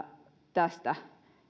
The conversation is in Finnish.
tästä